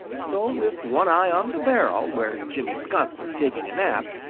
so with one eye on the barrel where jimmy skunk was taking a nap,